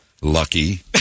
Lucky